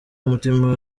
umutima